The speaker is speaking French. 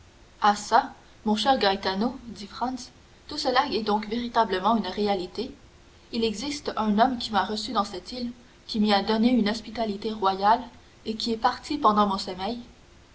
ah çà mon cher gaetano dit franz tout cela est donc véritablement une réalité il existe un homme qui m'a reçu dans cette île qui m'y a donné une hospitalité royale et qui est parti pendant mon sommeil